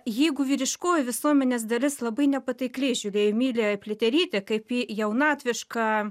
jeigu vyriškoji visuomenės dalis labai nepatikliai žiūrėjo į emiliją pliaterytę kaip į jaunatvišką